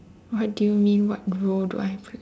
what do you mean what role do I play